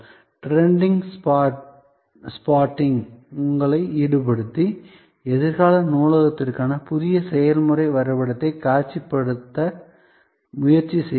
trending ஸ்பாட்டிங்கில் உங்களை ஈடுபடுத்தி எதிர்கால நூலகத்திற்கான புதிய செயல்முறை வரைபடத்தை காட்சிப்படுத்த முயற்சி செய்யுங்கள்